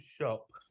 shop